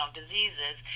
diseases